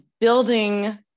building